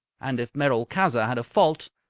and, if merolchazzar had a fault,